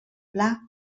pla